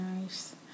nice